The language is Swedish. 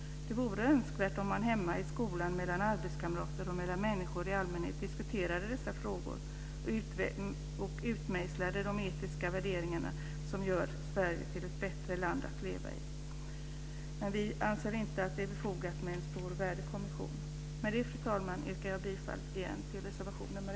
Det vore önskvärt om man hemma, i skolan och bland arbetskamrater och människor i allmänhet diskuterade dessa frågor och utmejslade de etiska värderingar som gör Sverige till ett bättre land att leva i. Men vi anser inte att det är befogat med en stor värdekommission. Med det, fru talman, yrkar jag åter bifall till reservation nr 1.